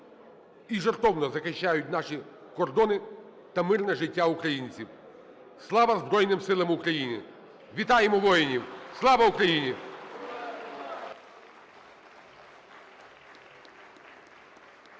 і жертовно захищають наші кордони та мирне життя українців. Слава Збройним Силам України! Вітаємо воїнів! Слава Україні!